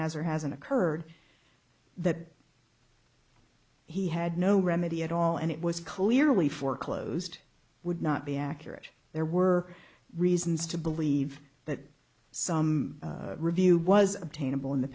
has or hasn't occurred that he had no remedy at all and it was clearly foreclosed would not be accurate there were reasons to believe that some review was obtainable in